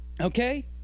okay